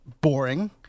boring